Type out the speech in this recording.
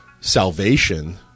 salvation